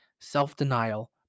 self-denial